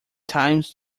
times